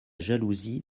jalousie